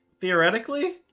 theoretically